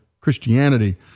Christianity